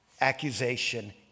accusation